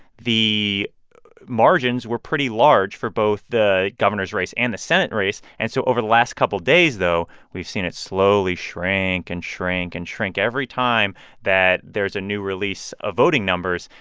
the margins were pretty large for both the governor's race and the senate race. and so over the last couple of days, though, we've seen it slowly shrink and shrink and shrink. every time that there is a new release of voting numbers,